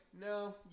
No